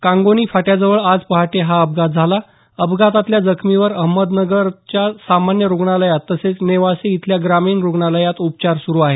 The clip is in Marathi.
कांगोनी फाट्याजवळ आज पहाटे हा अपघात झाला अपघातातल्या जखमींवर अहमदनगरच्या सामान्य रुग्णालयात तसंच नेवासे इथल्या ग्रामीण रुग्णालयात उपचार सुरू आहेत